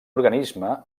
organisme